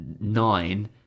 nine